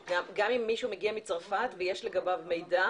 גם אם מישהו מגיע מצרפת ויש מידע לגביו,